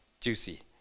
juicy